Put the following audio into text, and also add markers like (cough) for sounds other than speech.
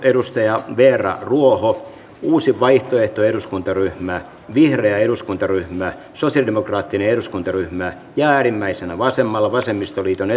edustaja veera ruoho uusi vaihtoehto eduskuntaryhmä vihreä eduskuntaryhmä sosiaalidemokraattinen eduskuntaryhmä ja äärimmäisenä vasemmalla vasemmistoliiton (unintelligible)